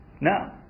Now